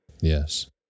Yes